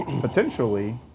Potentially